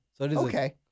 Okay